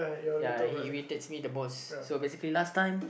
ya he irritates me the most so basically last time